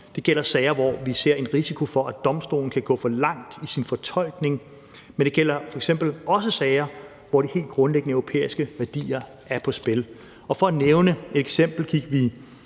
Det gælder sager, hvor vi ser en risiko for, at domstolen kan gå for langt i sin fortolkning, men det gælder f.eks. også sager, hvor det helt grundlæggende er europæiske værdier, der er på spil. Og for at nævne et eksempel gik vi